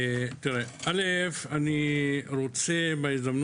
בהזדמנות הזאת אני רוצה להודות